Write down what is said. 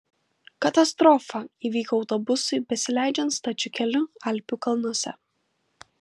katastrofa įvyko autobusui besileidžiant stačiu keliu alpių kalnuose